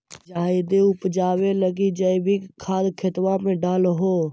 जायदे उपजाबे लगी जैवीक खाद खेतबा मे डाल हो?